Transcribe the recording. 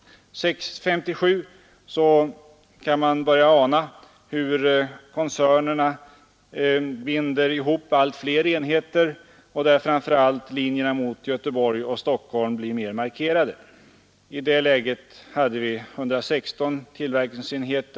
År 1957 kan man börja ana hur koncernerna binder ihop allt fler enheter och hur framför allt linjerna mot Göteborg och Stockholm blir mer markerade. I det läget hade vi 116 enheter och 11 koncerner.